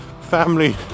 family